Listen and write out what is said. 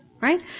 Right